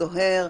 הסוהר,